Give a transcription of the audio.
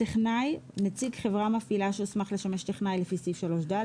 "טכנאי" נציג חברה מפעילה שהוסמך לשמש טכנאי לפי סעיף 3ד,